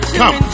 come